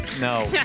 No